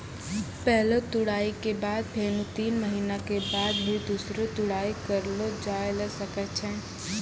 पहलो तुड़ाई के बाद फेनू तीन महीना के बाद ही दूसरो तुड़ाई करलो जाय ल सकै छो